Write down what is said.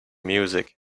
music